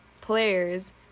players